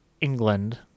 England